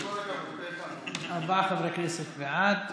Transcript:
ארבעה חברי כנסת בעד.